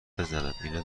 بزنماینا